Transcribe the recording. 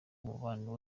umubano